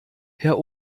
herr